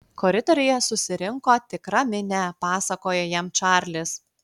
koridoriuje susirinko tikra minia pasakojo jam čarlis